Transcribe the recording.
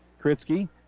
Kritzky